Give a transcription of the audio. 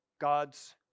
God's